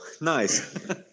Nice